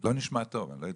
לא נשמע טוב.